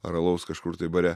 ar alaus kažkur tai bare